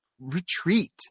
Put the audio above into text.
retreat